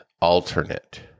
alternate